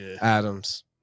Adams